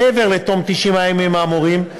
מעבר לתום 90 הימים האמורים,